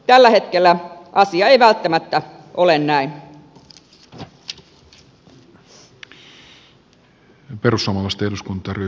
tällä hetkellä asia ei välttämättä ole näin